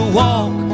walk